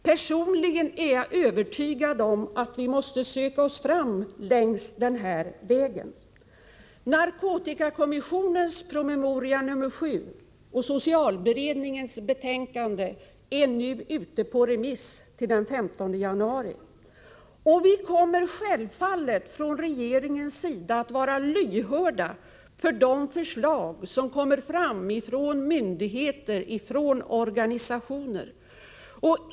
Personligen är jag övertygad om att det är den vägen vi måste söka oss fram till en lösning. Narkotikakommissionens promemoria nr 7 och socialberedningens betänkande är ute på remiss fram till den 15 januari. Självfallet kommer vi från regeringens sida att vara lyhörda för de förslag som kommer från myndigheter och organisationer.